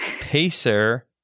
pacer